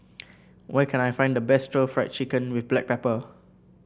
where can I find the best stir Fry Chicken with Black Pepper